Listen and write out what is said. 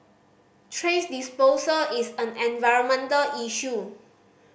disposal is an environmental issue